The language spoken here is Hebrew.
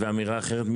ואמירה אחרת?